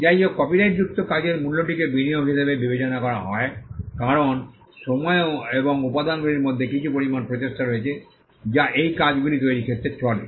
যাইহোক কপিরাইটযুক্ত কাজের মূল্যটিকে বিনিয়োগ হিসাবে বিবেচনা করা হয় কারণ সময় এবং উপাদানগুলির মধ্যে কিছু পরিমাণ প্রচেষ্টা রয়েছে যা এই কাজগুলি তৈরির ক্ষেত্রে চলে